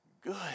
good